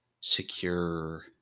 secure